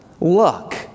luck